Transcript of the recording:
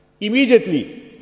Immediately